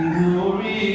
glory